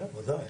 כן, ודאי.